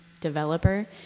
developer